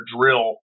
drill